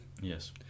Yes